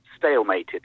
stalemated